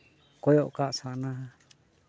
ᱠᱚᱭᱚᱜ ᱟᱠᱟᱫ ᱥᱟᱱᱟᱣᱟ